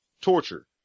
torture